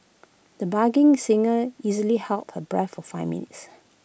the bargain singer easily held her breath for five minutes